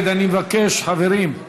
מבקש, חברים,